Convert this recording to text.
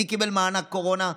מי קיבל מענק קורונה?